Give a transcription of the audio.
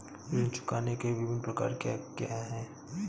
ऋण चुकाने के विभिन्न प्रकार क्या हैं?